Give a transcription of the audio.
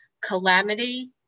Calamity